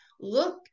Look